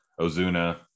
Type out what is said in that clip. Ozuna